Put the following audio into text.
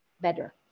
better